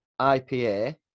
IPA